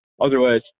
Otherwise